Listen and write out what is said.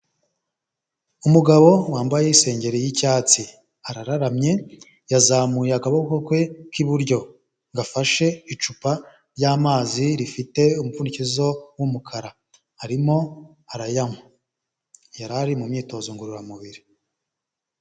Umugabo wambaye isengeri y'icyatsi arararamye, yazamuye akaboko ke k'iburyo gafashe icupa ry'amazi rifite umupfundikizo w'umukara arimo arayanywa, yari ari mu myitozo ngororamubiri.